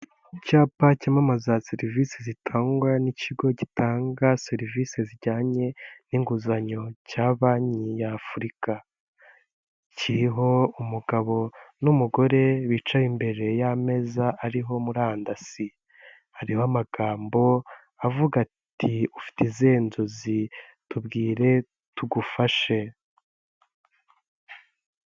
Icyapa cyamamaza serivisi zitangwa n'ikigo gitanga serivisi zijyanye n'inguzanyo cya banki ya Afurika, kiriho umugabo n'umugore bicaye imbere y'ameza ariho murandasi, hariho amagambo avuga ati ufite izihe nzozi tubwire tugufashe.